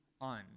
on